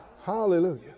Hallelujah